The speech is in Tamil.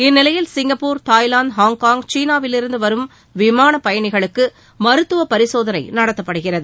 இந்நிலையில் சிங்கப்பூர் தாய்லாந்து ஹாங்காங்க் சீனாவிலிருந்து வரும் விமானப்பயணிகளுக்கு மருத்துவப்பரிசோதனை நடத்தப்படுகிறது